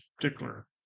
particular